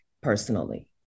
personally